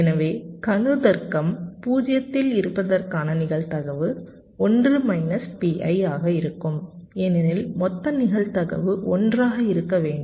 எனவே கணு தர்க்கம் 0 இல் இருப்பதற்கான நிகழ்தகவு 1 மைனஸ் Pi ஆக இருக்கும் ஏனெனில் மொத்த நிகழ்தகவு 1 ஆக இருக்க வேண்டும்